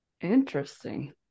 interesting